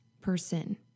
person